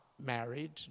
married